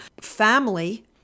family